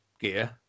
gear